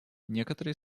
некоторые